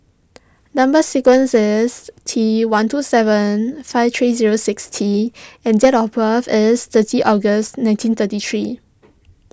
Number Sequence is T one two seven five three zero six T and date of birth is thirty October nineteen thirty three